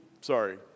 Sorry